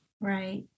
Right